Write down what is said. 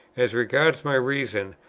as regards my reason,